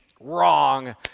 wrong